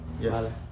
Yes